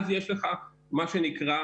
אז יש לך מה שנקרא,